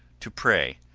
to pray.